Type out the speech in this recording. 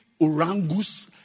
orangus